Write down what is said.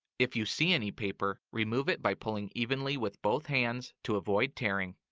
if you see any paper, remove it by pulling evenly with both hands to avoid tearing.